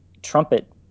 Trumpet